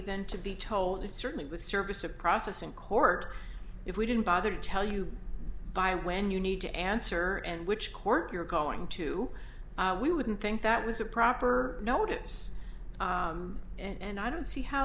than to be told and certainly with service of process in court if we didn't bother to tell you by when you need to answer and which court you're calling to we wouldn't think that was a proper notice and i don't see how